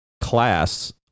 class